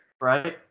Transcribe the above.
Right